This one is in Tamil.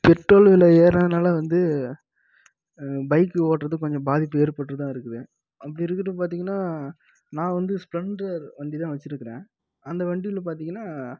பெட்ரோல் விலை ஏறனதுனால வந்து பைக்கு ஓட்டுறது கொஞ்சம் பாதிப்பு ஏற்பட்டு தான் இருக்குது அப்படி இருக்குட்டு பார்த்தீங்கன்னா நான் வந்து ஸ்ப்ளெண்டர் வண்டி தான் வச்சிருக்கறேன் அந்த வண்டியில பார்த்தீங்கன்னா